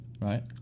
right